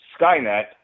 Skynet